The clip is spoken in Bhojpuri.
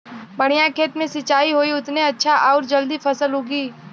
बढ़िया खेत मे सिंचाई होई उतने अच्छा आउर जल्दी फसल उगी